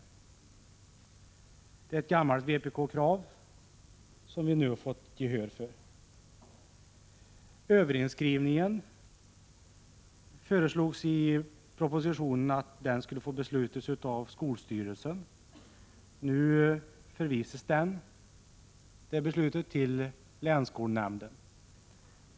Detta är ett gammalt vpk-krav som vi nu har fått gehör för. I propositionen föreslås att överinskrivningen skall få beslutas av skolstyrelsen. Nu flyttas detta beslut till länsskolnämnden.